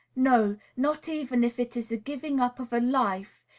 no, not even if it is the giving up of a life,